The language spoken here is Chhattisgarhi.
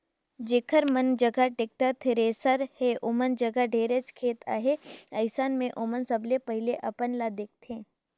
जेखर मन जघा टेक्टर, थेरेसर हे ओमन जघा ढेरेच खेत अहे, अइसन मे ओमन सबले पहिले अपन ल देखथें